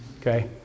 Okay